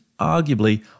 arguably